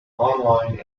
online